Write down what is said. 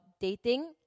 dating